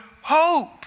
hope